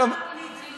לא אמר את זה.